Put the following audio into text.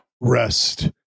Rest